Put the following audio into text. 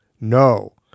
no